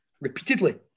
repeatedly